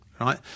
right